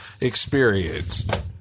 experience